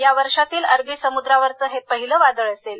या वर्षातील अरबी समुद्रावरचं पहिलं वादळ असेल